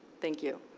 thank you.